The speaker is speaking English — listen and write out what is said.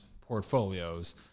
portfolios